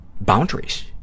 boundaries